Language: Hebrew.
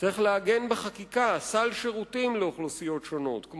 צריך לעגן בחקיקה סל שירותים לאוכלוסיות שונות,